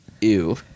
ew